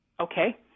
Okay